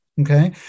okay